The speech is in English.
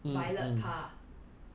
violet parr